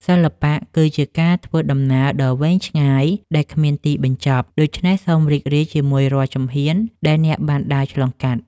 សិល្បៈគឺជាការធ្វើដំណើរដ៏វែងឆ្ងាយដែលគ្មានទីបញ្ចប់ ដូច្នេះសូមរីករាយជាមួយរាល់ជំហានដែលអ្នកបានដើរឆ្លងកាត់។